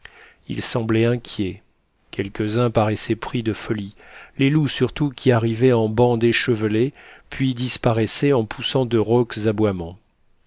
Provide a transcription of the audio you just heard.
ils semblaient inquiets quelques-uns paraissaient pris de folie les loups surtout qui arrivaient en bandes échevelées puis disparaissaient en poussant de rauques aboiements